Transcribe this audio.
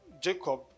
Jacob